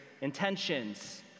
intentions